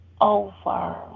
over